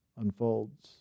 unfolds